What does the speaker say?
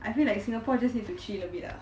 I feel like singapore just need to chill a bit lah